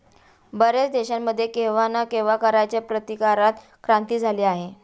बर्याच देशांमध्ये केव्हा ना केव्हा कराच्या प्रतिकारात क्रांती झाली आहे